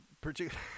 particular